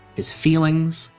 his feelings,